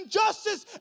justice